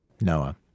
Noah